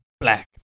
black